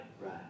Right